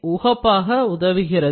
உகப்பாக்க உதவுகிறது